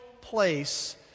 place